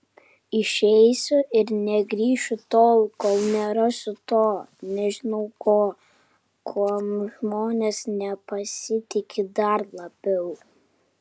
išeisiu ir negrįšiu tol kol nerasiu to nežinau ko kuom žmonės nepasitiki dar labiau